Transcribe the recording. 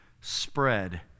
spread